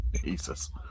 Jesus